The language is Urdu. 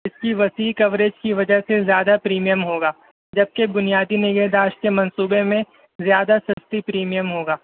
اس کی وسیع کوریج کی وجہ سے زیادہ پریمیم ہوگا جبکہ بنیادی نگہداشت کے منصوبے میں زیادہ سستی پریمیم ہوگا